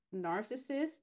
narcissist